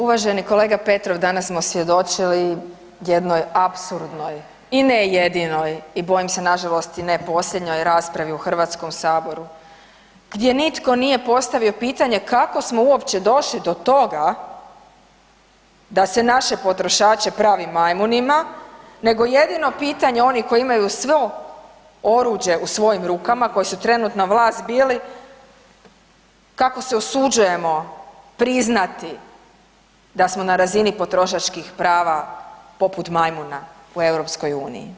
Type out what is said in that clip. Uvaženi kolega Petrov danas smo svjedočili jednoj apsurdnoj i ne jedinoj i bojim se nažalost i ne posljednjoj raspravi u Hrvatskom saboru gdje nitko nije postavio pitanje kako smo uopće došli do toga da se naše potrošače pravi majmunima nego jedino pitanje onih koji imaju svo oruđe u svojim rukama koji su trenutna vlast bili kako se usuđujemo priznati da smo na razini potrošačkih prava poput majmuna u EU.